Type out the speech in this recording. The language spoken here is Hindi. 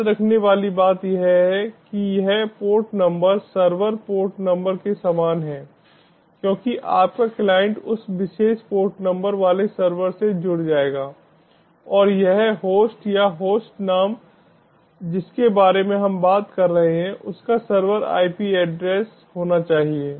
याद रखने वाली बात यह है कि यह port number server port number के समान है क्योंकि आपका क्लाइंट उस विशेष पोर्ट नंबर वाले सर्वर से जुड़ जाएगा और यह होस्ट या होस्ट नाम जिसके बारे में हम बात कर रहे हैं उसका server IP address IP address होना चाहिए